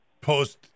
Post